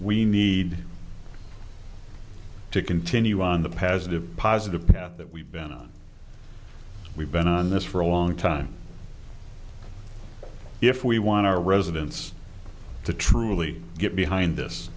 we need to continue on the passive positive path that we've been on we've been on this for a long time if we want our residents to truly get behind